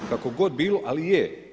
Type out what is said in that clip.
Kako god bilo, ali je.